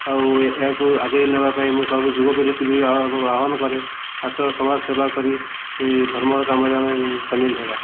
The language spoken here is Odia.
ଆଉ ଏହାକୁ ଆଗେଇ ନେବା ପାଇଁ ମୁଁ ସବୁ ଯୁବ ପିଢ଼ୀକି ବି ଆହ୍ଵାନ କରେ ଆସ ସମାଜ ସେବା କରି ଧର୍ମର କାମରେ ଆମେ ସାମିଲ ହେବା